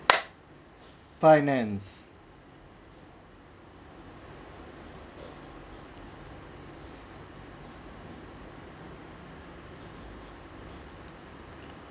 finance